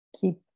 keep